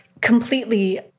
Completely